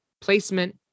placement